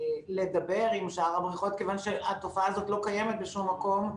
לדבר עם שאר הבריכות כיוון שהתופעה הזאת לא קיימת בשום מקום.